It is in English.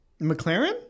McLaren